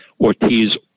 Ortiz